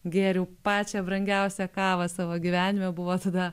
gėriau pačią brangiausią kavą savo gyvenime buvo tada